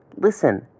Listen